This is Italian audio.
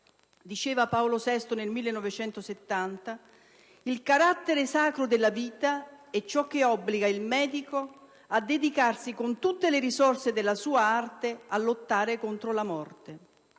Diceva Paolo VI nel 1970: «Il carattere sacro della vita è ciò che obbliga il medico a dedicarsi con tutte le risorse della sua arte a lottare contro la morte.